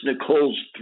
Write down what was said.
Nicole's